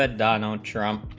ah donald trump